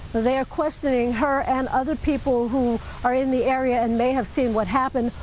they are questioning her and other people who are in the area and may have seen what happened,